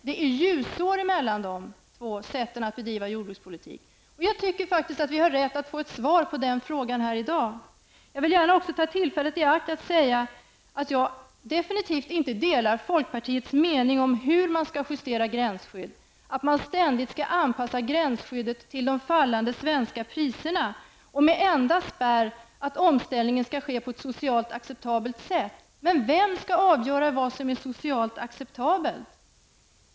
Det är ljusår emellan de två sätten att bedriva jordbrukspolitik. Jag tycker faktiskt att vi har rätt att få ett svar på den frågan här i dag. Jag vill gärna också ta tillfället i akt att säga att jag definitivt inte delar folkpartiets mening om hur man skall justera gränsskydd, att man ständigt skall anpassa gränsskyddet till de fallande svenska priserna och med kravet på att omställningen skall ske på ett socialt acceptabelt sätt som enda spärr. Vem skall avgöra vad som är socialt acceptabelt?